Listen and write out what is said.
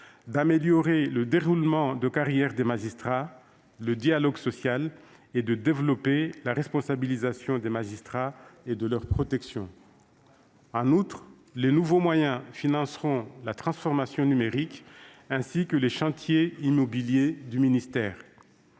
d'améliorer le déroulement de carrière des magistrats et le dialogue social, de développer la responsabilisation des magistrats et de renforcer leur protection. En outre, ces nouveaux moyens financeront la transformation numérique, ainsi que les chantiers immobiliers du ministère.